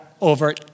over